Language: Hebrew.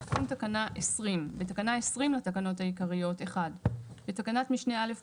תיקון תקנה 20. בתקנה 20 לתקנות העיקריות - בתקנת משנה (א),